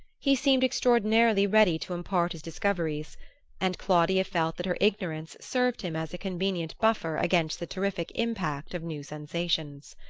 he seemed extraordinarily ready to impart his discoveries and claudia felt that her ignorance served him as a convenient buffer against the terrific impact of new sensations.